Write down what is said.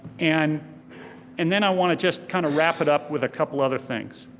and and then i wanna just kind of wrap it up with a couple other things.